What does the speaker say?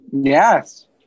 yes